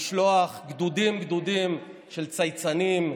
לשלוח גדודים גדודים של צייצנים,